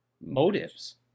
motives